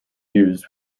used